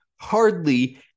hardly